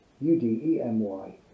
U-D-E-M-Y